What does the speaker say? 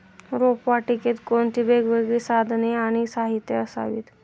रोपवाटिकेत कोणती वेगवेगळी साधने आणि साहित्य असावीत?